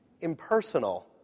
impersonal